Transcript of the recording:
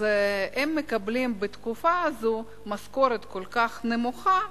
מקבלים בתקופה הזו משכורת כל כך נמוכה,